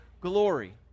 glory